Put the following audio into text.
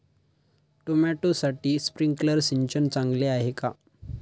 टोमॅटोसाठी स्प्रिंकलर सिंचन चांगले आहे का?